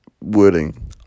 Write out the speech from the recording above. wording